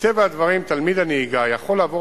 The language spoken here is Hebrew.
מטבע הדברים תלמיד הנהיגה יכול לעבור